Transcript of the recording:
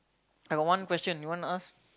I got one question you want to ask